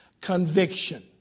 Conviction